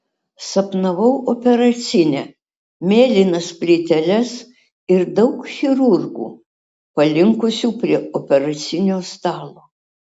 sapnavau operacinę mėlynas plyteles ir daug chirurgų palinkusių prie operacinio stalo